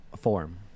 Form